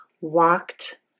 walked